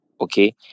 okay